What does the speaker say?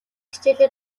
хичээлээ